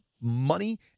money